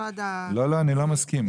אני לא מסכים.